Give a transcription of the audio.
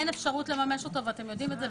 אין אפשרות לממש אותו ואת יודעים את זה.